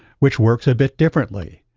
which works a bit differently.